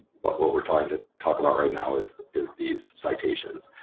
but what we're trying to talk about right now is is these citations.